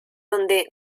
donde